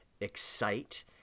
excite